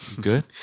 good